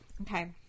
Okay